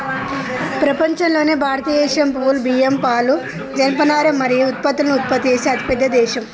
ప్రపంచంలోనే భారతదేశం పప్పులు, బియ్యం, పాలు, జనపనార మరియు పత్తులను ఉత్పత్తి చేసే అతిపెద్ద దేశం